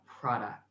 product